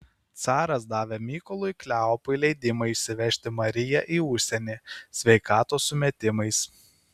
caras davė mykolui kleopui leidimą išsivežti mariją į užsienį sveikatos sumetimais